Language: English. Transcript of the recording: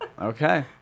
Okay